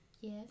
Yes